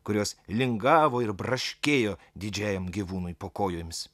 kurios lingavo ir braškėjo didžiajam gyvūnui po kojomis